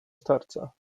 starca